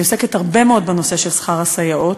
אני עוסקת הרבה מאוד בנושא של שכר הסייעות,